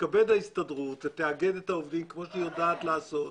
תתכבד ההסתדרות ותאגד את העובדים כפי שהיא יודעת לעשות.